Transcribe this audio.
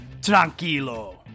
tranquilo